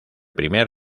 primer